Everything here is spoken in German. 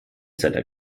seiner